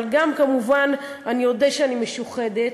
וגם, כמובן, אני אודה שאני משוחדת,